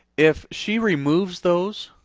if she removes those,